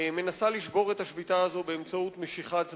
מנסה לשבור את השביתה הזאת באמצעות משיכת זמן.